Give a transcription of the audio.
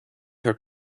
her